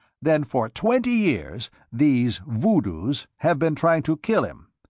then for twenty years these voodoos have been trying to kill him?